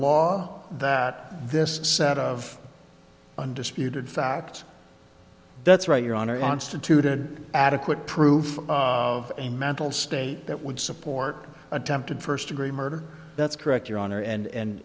law that this set of undisputed facts that's right your honor instituted adequate proof of a mental state that would support attempted first degree murder that's correct your honor and